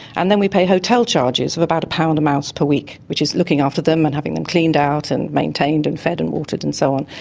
and then we pay hotel charges of about one pounds a mouse per week, which is looking after them and having them cleaned out and maintained and fed and watered and so on.